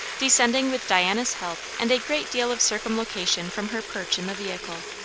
descending with diana's help and a great deal of circumlocution from her perch in the vehicle.